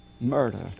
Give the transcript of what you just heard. murder